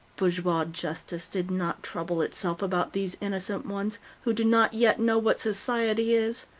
bourgeois justice did not trouble itself about these innocent ones, who do not yet know what society is.